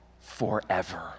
forever